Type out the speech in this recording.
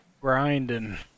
grinding